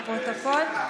לפרוטוקול.